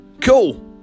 Cool